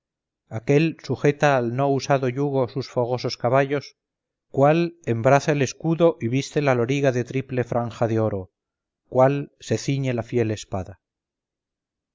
aquel sujeta al no usado yugo sus fogosos caballos cuál embraza el escudo y viste la loriga de triple franja de oro cual se ciñe la fiel espada